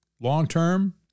long-term